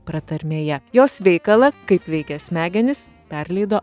pratarmėje jos veikalą kaip veikia smegenys perleido